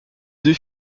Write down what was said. deux